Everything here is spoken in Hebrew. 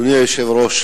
אדוני היושב-ראש,